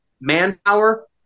manpower